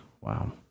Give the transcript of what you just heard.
Wow